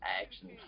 action